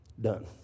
done